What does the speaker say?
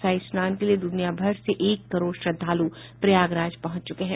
शाही स्नान के लिए दुनिया भर से एक करोड़ श्रद्धालु प्रयागराज पहुंच चुके हैं